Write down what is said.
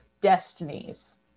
destinies